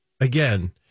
Again